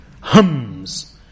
hums